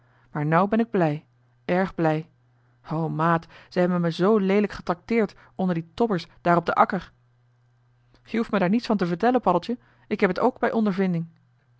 ruijter nou ben ik blij erg blij o maat ze hebben me zoo leelijk getracteerd onder die tobbers daar op den akker je hoeft me daar niets van te vertellen paddeltje ik heb het ook bij ondervinding